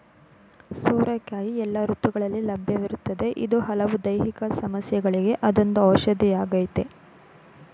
ಸೋರೆಕಾಯಿ ಎಲ್ಲ ಋತುಗಳಲ್ಲಿ ಲಭ್ಯವಿರ್ತದೆ ಇದು ಹಲವು ದೈಹಿಕ ಸಮಸ್ಯೆಗಳಿಗೆ ಅದೊಂದು ಔಷಧಿಯಾಗಯ್ತೆ